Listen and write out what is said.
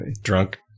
Drunk